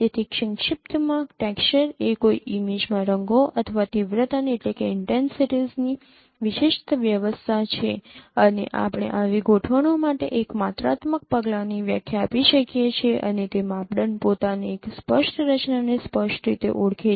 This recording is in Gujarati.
તેથી સંક્ષિપ્તમાં ટેક્સચર એ કોઈ ઇમેજમાં રંગો અથવા તીવ્રતાની વિશેષ વ્યવસ્થા છે અને આપણે આવી ગોઠવણો માટે એક માત્રાત્મક પગલાની વ્યાખ્યા આપી શકીએ છીએ અને તે માપદંડ પોતાને એક સ્પષ્ટ રચનાને સ્પષ્ટ રીતે ઓળખે છે